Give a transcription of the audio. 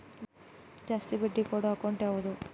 ಜಾಸ್ತಿ ಬಡ್ಡಿ ಕೊಡೋ ಅಕೌಂಟ್ ಯಾವುದು?